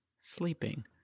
Sleeping